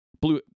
blue